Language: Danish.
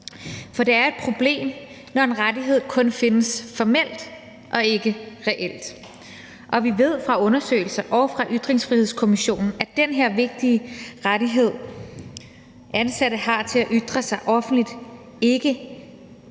For det er et problem, når en rettighed kun findes formelt, og ikke reelt. Og vi ved fra undersøgelser og fra Ytringsfrihedskommissionen, at den her vigtige rettighed, ansatte har til at ytre sig offentligt, ikke er